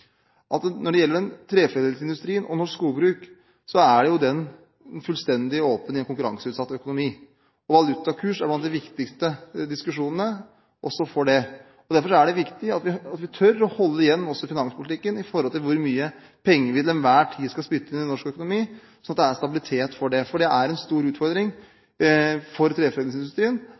innom når det gjelder treforedlingsindustrien og en diskusjon rundt det. Når det gjelder treforedlingsindustri og norsk skogbruk, er jo den fullstendig åpen i en konkurranseutsatt økonomi. Valutakurs er blant de viktigste temaene også i forbindelse med det. Derfor er det viktig at vi tør å holde igjen i finanspolitikken når det gjelder hvor mye penger vi til enhver tid skal spytte inn i norsk økonomi, slik at det er stabilitet. For det er en stor utfordring for treforedlingsindustrien